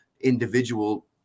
individual